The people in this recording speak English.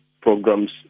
programs